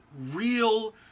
real